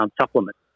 Supplement